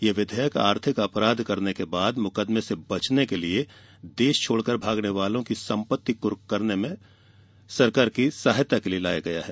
यह विधेयक आर्थिक अपराध करने के बाद मुकदमे से बचने के लिए देश छोड़कर भागने वालों की सम्पत्ति कुर्क करने में सरकार की सहायता के लिए लाया गया है